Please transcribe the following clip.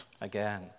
again